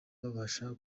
babasha